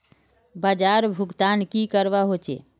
बाजार भुगतान की करवा होचे?